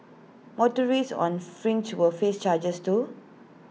motorists on fringe will face changes too